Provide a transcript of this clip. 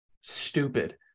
stupid